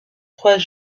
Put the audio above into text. trois